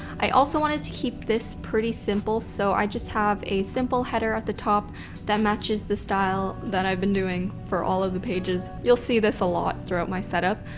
i also wanted to keep this pretty simple. so i just have a simple header at the top that matches the style that i've been doing for all of the pages. you'll see this a lot throughout my setup.